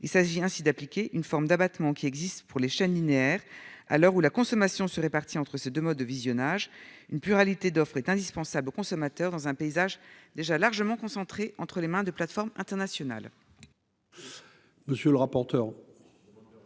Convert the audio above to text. il s'agit ainsi d'appliquer une forme d'abattement qui existent pour les chaînes linéaires à l'heure où la consommation se répartit entre ces 2 modes de visionnage une pluralité d'offres est indispensable au consommateur dans un paysage déjà largement concentré entre les mains de plateforme internationale.